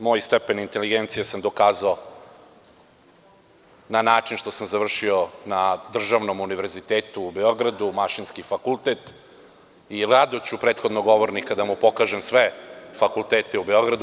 Moj stepen inteligencije sam dokazao, na način što sam završio na državnom univerzitetu u Beogradu, Mašinski fakultet, i rado ću prethodnom govorniku da pokažem sve fakultete u Beogradu.